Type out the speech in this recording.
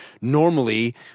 normally